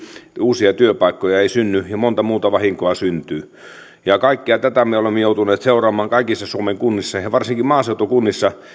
uusia työpaikkoja ei synny ja monta muuta vahinkoa syntyy kaikkea tätä me olemme joutuneet seuraamaan kaikissa suomen kunnissa ja ja varsinkin maaseutukunnissa